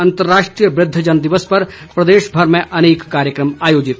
अंतर्राष्ट्रीय वृद्धजन दिवस पर प्रदेशभर में अनेक कार्यक्रम आयोजित